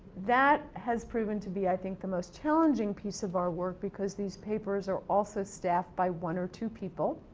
that has proven to be, i think, the most challenging piece of our work because these papers are also staffed by one or two people.